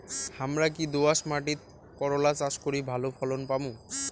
হামরা কি দোয়াস মাতিট করলা চাষ করি ভালো ফলন পামু?